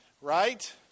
right